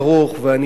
ואני חייב להגיד,